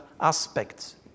aspects